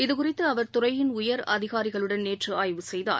இதுகுறித்துஅவர் துறையின் உயர் அதிகாரிகளுடன் நேற்றுஆய்வு செய்தார்